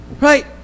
Right